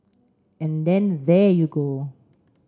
and then there you go